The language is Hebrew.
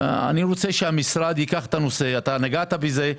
אני רוצה שהמשרד ייקח את הנושא נגעת בזה.